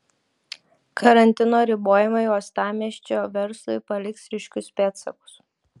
karantino ribojimai uostamiesčio verslui paliks ryškius pėdsakus